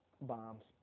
bombs